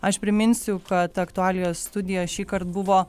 aš priminsiu kad aktualijos studija šįkart buvo